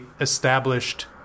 established